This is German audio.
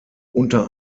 unter